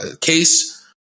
case